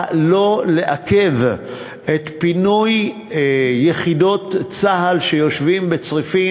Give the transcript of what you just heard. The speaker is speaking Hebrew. שלא לעכב את פינוי יחידות צה"ל שיושבות בצריפין.